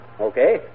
Okay